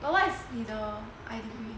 but what is 你的 eye degree